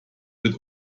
wird